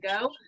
go